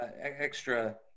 extra